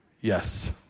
Yes